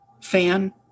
fan